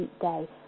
day